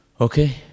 Okay